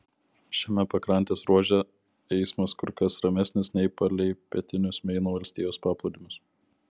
šiame pakrantės ruože eismas kur kas ramesnis nei palei pietinius meino valstijos paplūdimius